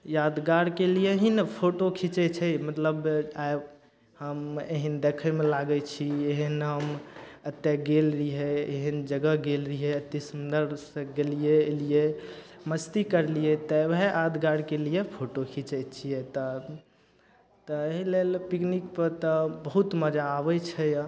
यादगारके लिये ही ने फोटो खीचय छै मतलब आइ हम एहन देखयमे लागय छी ई एहन हम एतय गेल रहियै एहन जगह गेल रहियै एत्ते सुन्दरसँ गेलियै एलियै मस्ती करलियै तऽ ओएह यादगारके लिये फोटो खीचय छियै तब तऽ एही लेल पिकनिकपर तब बहुत मजा आबय छै यऽ